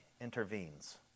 intervenes